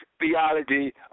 theology